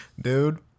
Dude